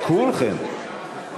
כולכם?